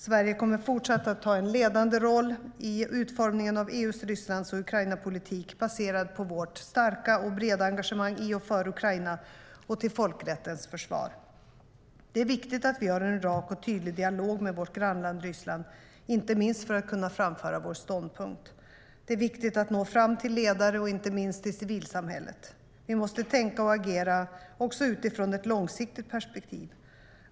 Sverige kommer fortsatt att ta en ledande roll i utformningen av EU:s Rysslands och Ukrainapolitik baserad på vårt starka och breda engagemang i och för Ukraina och till folkrättens försvar. Det är viktigt att vi har en rak och tydlig dialog med vårt grannland Ryssland, inte minst för att kunna framföra vår ståndpunkt. Det är viktigt att nå fram till ledare och inte minst till civilsamhället. Vi måste tänka och agera utifrån ett långsiktigt perspektiv.